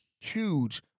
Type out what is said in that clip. huge